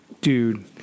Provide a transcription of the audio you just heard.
Dude